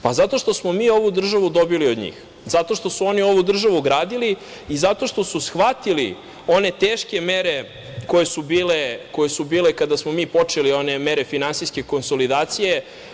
Pa, zato što smo mi ovu državu dobili od njih, zato što su oni ovu državu gradili i zato što su shvatili one teške mere koje su bile kada smo mi počeli one mere finansijske konsolidacije.